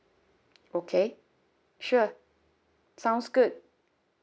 okay sure sounds good